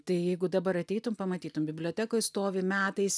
tai jeigu dabar ateitum pamatytum bibliotekoj stovi metais